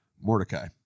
Mordecai